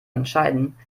entscheiden